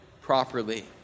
properly